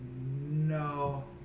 no